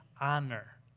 honor